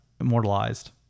immortalized